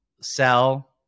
sell